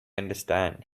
understand